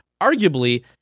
arguably